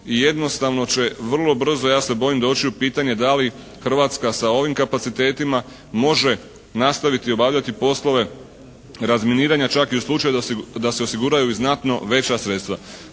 i jednostavno će vrlo brzo ja se bojim, doći u pitanje da li Hrvatska sa ovim kapacitetima može nastaviti obavljati poslove razminiranja čak i u slučaju da se osiguraju i znatno veća sredstva.